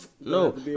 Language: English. No